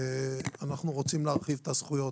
אנחנו רוצים להרחיב את הזכויות.